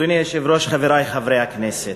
אדוני היושב-ראש, חברי חברי הכנסת,